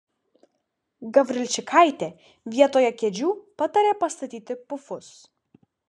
gavrilčikaitė vietoje kėdžių patarė pastatyti pufus